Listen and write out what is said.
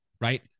right